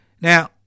Now